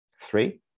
Three